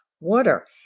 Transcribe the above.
water